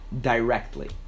directly